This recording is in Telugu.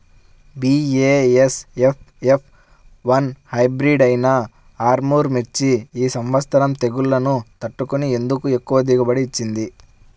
బీ.ఏ.ఎస్.ఎఫ్ ఎఫ్ వన్ హైబ్రిడ్ అయినా ఆర్ముర్ మిర్చి ఈ సంవత్సరం తెగుళ్లును తట్టుకొని ఎందుకు ఎక్కువ దిగుబడి ఇచ్చింది?